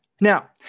Now